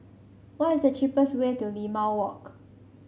what is the cheapest way to Limau Walk